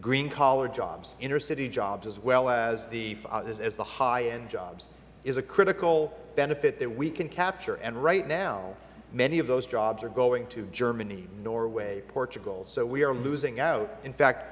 green collar jobs inner city jobs as well as the high end jobs is a critical benefit that we can capture and right now many of those jobs are going to germany norway portugal so we are losing out in fact